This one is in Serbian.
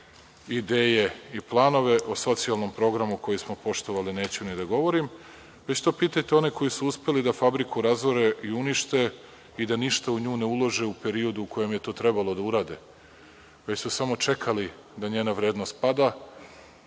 ideje i planove o socijalnom programu koji smo poštovali, neću ni da govorim. Pitajte to one koji su uspeli da fabriku razore i unište i da ništa u nju ne ulože u periodu u kojem je to trebalo da urade, već su samo čekali da njena vrednost pada,